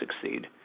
succeed